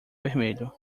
vermelho